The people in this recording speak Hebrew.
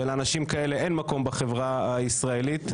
שלאנשים כאלה אין מקום בחברה הישראלית,